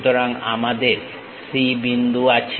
সুতরাং আমাদের C বিন্দু আছে